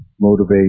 motivate